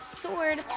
sword